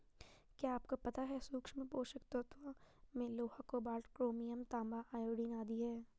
क्या आपको पता है सूक्ष्म पोषक तत्वों में लोहा, कोबाल्ट, क्रोमियम, तांबा, आयोडीन आदि है?